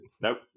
Nope